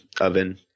oven